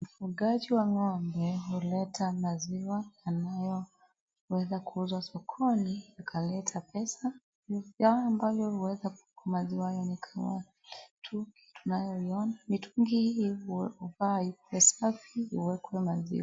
Ufugaji wa ng'ombe huleta maziwa yanayoweza kuuzwa sokoni yakaleta pesa ,maziwa haya huekwa kwenye mitungi tunayoiona ,mitungi hii inafaa ikuwe safi ndo iwekwe maziwa